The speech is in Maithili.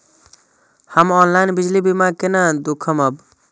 हम ऑनलाईन बिजली बील केना दूखमब?